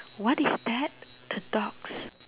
what is that the dog's